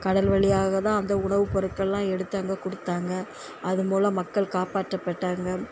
கடல் வழியாக தான் அந்த உணவு பொருட்கள்லாம் எடுத்து அங்கே கொடுத்தாங்க அது போல் மக்கள் காப்பாற்றப்பட்டாங்க